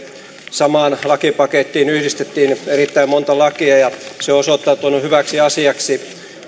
samaan lakipakettiin yhdistettiin erittäin monta lakia ja se on osoittautunut hyväksi asiaksi